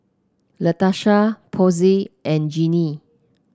Latesha Posey and Jinnie